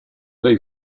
they